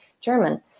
German